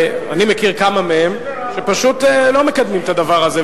אני מכיר כמה מהם שפשוט לא מקדמים את הדבר הזה.